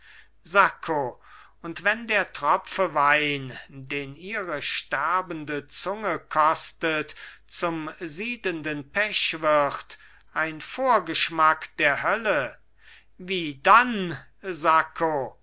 sacco und wenn der tropfe wein den ihre sterbende zunge kostet zum siedenden pech wird ein vorschmack der hölle wie dann sacco